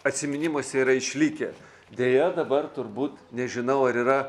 atsiminimuose yra išlikę deja dabar turbūt nežinau ar yra